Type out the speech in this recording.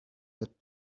that